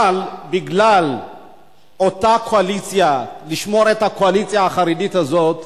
אבל בגלל אותה קואליציה לשמור את הקואליציה החרדית הזאת,